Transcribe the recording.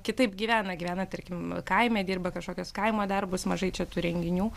kitaip gyvena gyvena tarkim kaime dirba kažkokius kaimo darbus mažai čia tų renginių